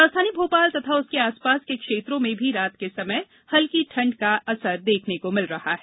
राजधानी भोपाल तथा उसके आसपास के क्षेत्रों में भी रात के समय हल्की ठंड का असर देखने का मिल रहा है